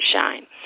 shine